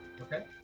Okay